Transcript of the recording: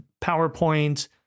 PowerPoint